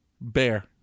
bear